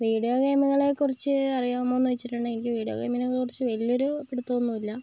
video ഗെയിമുകളെ കുറിച്ച് അറിയാമോയെന്ന് ചോദിച്ചിട്ടുണ്ടെങ്കിൽ എനിക്ക് വീഡിയോ ഗെയിമിങ്ങിനെ കുറിച്ച് വലിയൊരു പിടുത്തം ഒന്നുമില്ല